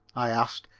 i asked,